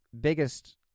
biggest